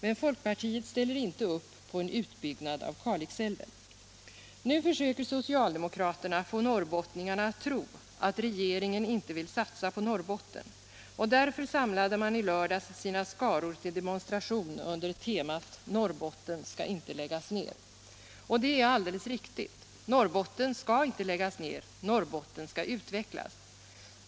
Men folkpartiet ställer inte upp på en utbyggnad av Kalixälven. Nu försöker socialdemokraterna få norrbottningarna att tro att regeringen inte vill satsa på Norrbotten, och därför samlade man i lördags sina skaror till demonstration under temat ” Norrbotten skall inte läggas ner”. Det är alldeles riktigt. Norrbotten skall inte läggas ner. Norrbotten skall utvecklas.